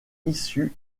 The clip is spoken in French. issues